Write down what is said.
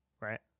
right